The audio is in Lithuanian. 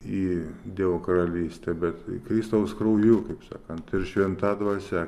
į dievo karalystę bet kristaus krauju kaip sakant ir šventa dvasia